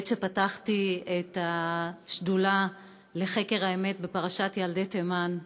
בעת שפתחתי את השדולה לחקר האמת בפרשת ילדי תימן.